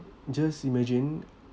just imagine